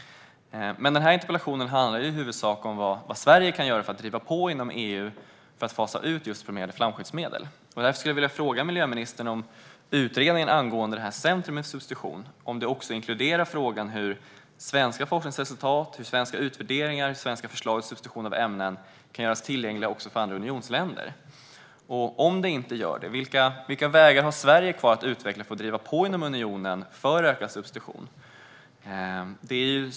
Men den här interpellationen handlar i huvudsak om vad Sverige kan göra för att driva på inom EU för att fasa ut just bromerade flamskyddsmedel. Därför skulle jag vilja fråga miljöministern om utredningen angående detta centrum för substitution inkluderar frågan hur svenska forskningsresultat, svenska utvärderingar och svenska förslag om substitution av ämnen kan göras tillgängliga också för andra unionsländer. Om den inte gör det, vilka vägar har Sverige kvar att utveckla för att driva på inom unionen för ökad substitution?